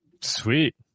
Sweet